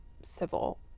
civil